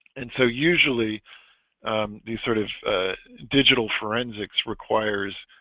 and so usually these sort of digital forensics requires